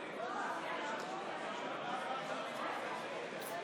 ויהדות התורה להביע